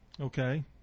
Okay